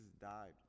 died